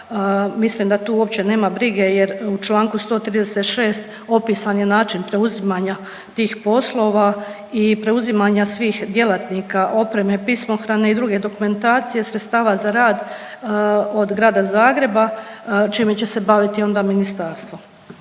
mislim da tu uopće nema brige jer u čl. 136 opisan je način preuzimanja tih poslova i preuzimanja svih djelatnika, opreme, pismohrane i druge dokumentacije, sredstava za rad, od Grada Zagreba, čime će se baviti onda ministarstvo,